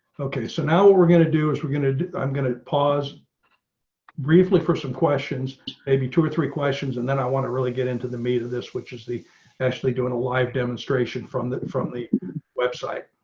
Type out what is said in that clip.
okay, so now what we're gonna do is we're going to, i'm going to pause briefly for some questions maybe two or three questions. and then i want to really get into the meat of this, which is the actually doing live demonstration from the, from the website.